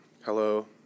hello